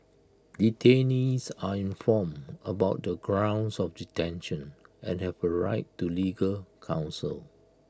detainees are informed about the grounds of detention and have A right to legal counsel